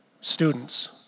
students